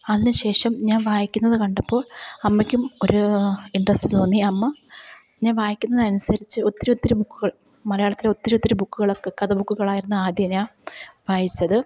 അതിനുശേഷം ഞാന് വായിക്കുന്നത് കണ്ടപ്പോ അമ്മയ്ക്കും ഒരു ഇൻട്രസ്റ്റ് തോന്നി അമ്മ ഞാന് വായിക്കുന്നത് അനുസരിച്ചു ഒത്തിരി ഒത്തിരി ബുക്കുകള് മലയാളത്തിലെ ഒത്തിരി ഒത്തിരി ബുക്കുകൾ ബുക്കളൊക്കെ കഥ ബുക്കുകൾ ആയിരുന്നു ആദ്യം ഞാൻ വായിച്ചത്